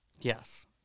Yes